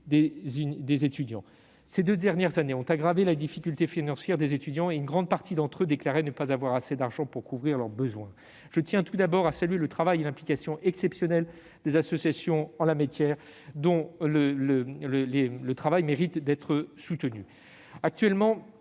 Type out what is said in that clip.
Ces deux dernières années ont aggravé les difficultés financières des étudiants et une grande partie d'entre eux déclaraient ne pas avoir assez d'argent pour couvrir leurs besoins. Je tiens tout d'abord à saluer le travail et l'implication exceptionnels des associations étudiantes durant la crise sanitaire. Elles méritent d'être soutenues.